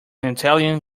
italian